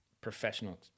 professional